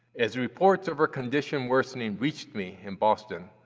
as reports of her condition worsening reached me in boston,